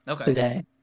today